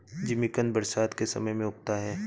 जिमीकंद बरसात के समय में उगता है